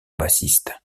bassiste